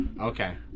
okay